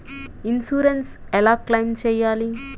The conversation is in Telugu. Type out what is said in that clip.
ఇన్సూరెన్స్ ఎలా క్లెయిమ్ చేయాలి?